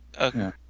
Okay